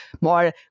more